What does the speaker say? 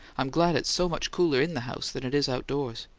i'm glad it's so much cooler in the house than it is outdoors.